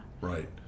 right